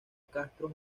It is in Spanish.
castro